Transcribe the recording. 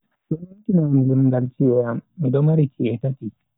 Do numtina am limngaal chi'e am. Mido mari chi'e tati.